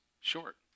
short